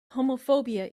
homophobia